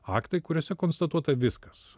aktai kuriuose konstatuota viskas